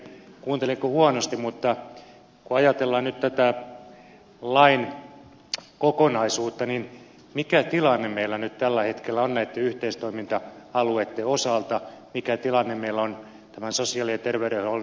kuuntelinko huonosti mutta kun ajatellaan nyt tätä lain kokonaisuutta niin mikä tilanne meillä nyt tällä hetkellä on näitten yhteistoiminta alueitten osalta mikä tilanne meillä on tämän sosiaali ja terveydenhuollon eheyden osalta